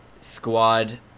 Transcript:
squad